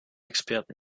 experten